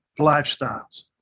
lifestyles